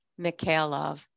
Mikhailov